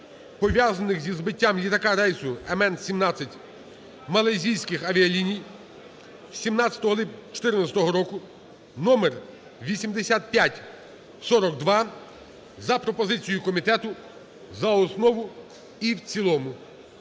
пов'язаних зі збиттям літака рейсу МН17 Малайзійських авіаліній 17 липня 2014 року (№ 8542) за пропозицією комітету за основу і в цілому.